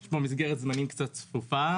יש פה מסגרת זמנים קצת צפופה,